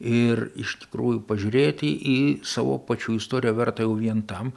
ir iš tikrųjų pažiūrėti į savo pačių istoriją verta jau vien tam